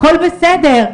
הכל בסדר,